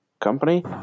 company